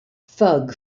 thug